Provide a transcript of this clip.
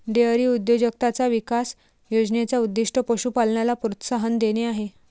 dairy उद्योजकताचा विकास योजने चा उद्दीष्ट पशु पालनाला प्रोत्साहन देणे आहे